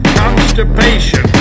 constipation